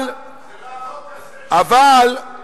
חבר הכנסת אורון, אתה מתבלבל.